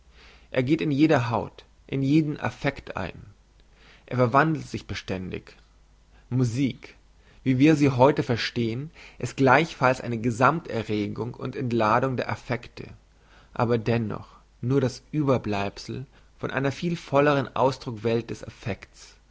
er geht in jede haut in jeden affekt ein er verwandelt sich beständig musik wie wir sie heute verstehn ist gleichfalls eine gesammt erregung und entladung der affekte aber dennoch nur das überbleibsel von einer viel volleren ausdrucks welt des affekts